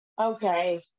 okay